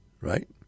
right